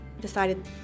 decided